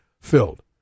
filled